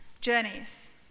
journeys